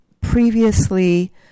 previously